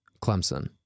Clemson